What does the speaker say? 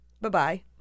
bye-bye